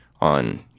on